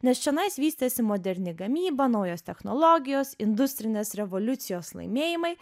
nes čionais vystėsi moderni gamyba naujos technologijos industrinės revoliucijos laimėjimai